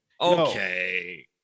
Okay